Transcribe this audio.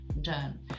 done